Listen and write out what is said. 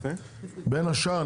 בין השאר,